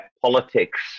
politics